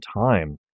time